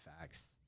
facts